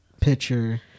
picture